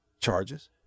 charges